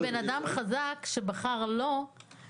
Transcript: בן אדם חזק שבחר לא להגיש תביעה משפטית.